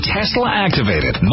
Tesla-activated